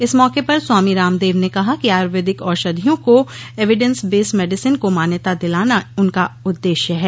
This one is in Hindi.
इस मौके पर स्वामी रामदेव ने कहा कि आयुर्वेदिक औषधियों को एविडेंस बेस मेडिसिन को मान्यता दिलाना उनका उद्देश्य है